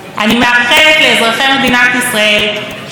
אני מאחלת לאזרחי מדינת ישראל שזה יהיה